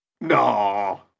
No